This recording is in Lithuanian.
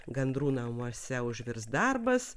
gandrų namuose užvirs darbas